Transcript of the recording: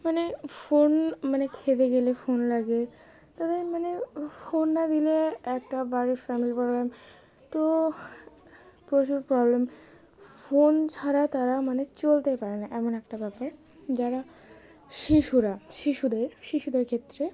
মানে ফোন মানে খেতে গেলে ফোন লাগে তাদের মানে ফোন না দিলে একটা বাড়ির ফ্যামিলির প্রবলেম তো প্রচুর প্রবলেম ফোন ছাড়া তারা মানে চলতেই পারে না এমন একটা ব্যাপার যারা শিশুরা শিশুদের শিশুদের ক্ষেত্রে